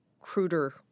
Cruder